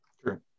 True